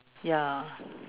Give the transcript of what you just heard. ya